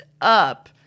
up